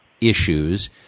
issues